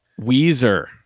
weezer